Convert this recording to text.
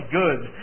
goods